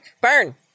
Burn